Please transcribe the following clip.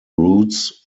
routes